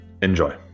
enjoy